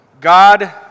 God